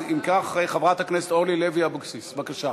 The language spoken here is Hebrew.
אם כך, חברת הכנסת אורלי לוי אבקסיס, בבקשה.